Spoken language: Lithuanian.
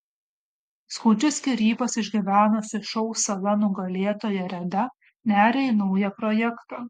skaudžias skyrybas išgyvenusi šou sala nugalėtoja reda neria į naują projektą